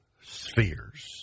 spheres